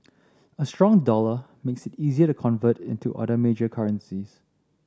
a strong dollar makes it easier to convert into other major currencies